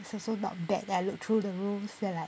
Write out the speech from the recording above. it's also not bad then I look through the roles then I like